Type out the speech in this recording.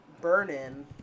burn-in